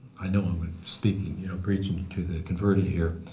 i know i'm ah speaking you know preaching to the converted here.